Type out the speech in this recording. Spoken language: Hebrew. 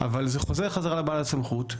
אבל זה חוזר חזרה לבעל הסמכות.